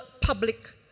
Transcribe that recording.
public